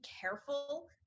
careful